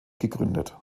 gegründet